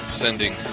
sending